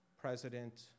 President